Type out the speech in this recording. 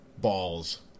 balls